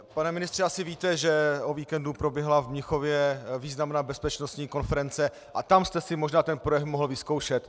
Pan ministře, asi víte, že o víkendu proběhla v Mnichově významná bezpečnostní konference a tam jste si možná ten projev mohl vyzkoušet.